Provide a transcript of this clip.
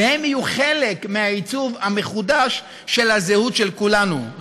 והם יהיו חלק מהעיצוב המחודש של הזהות של כולנו.